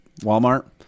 Walmart